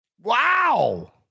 Wow